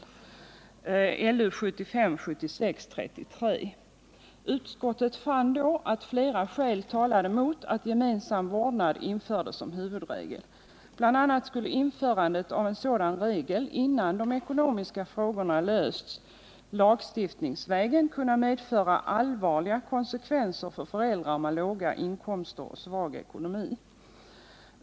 Det skedde i betänkandet LU 1975/76:33. Utskottet fann då att flera skäl talade mot att gemensam vårdnad infördes som huvudregel. Bl. a. skulle införandet av en sådan regel innan de ekonomiska frågorna lösts lagstiftningsvägen kunna medföra allvarliga konsekvenser för föräldrar med låga inkomster och svag ekonomi.